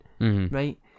Right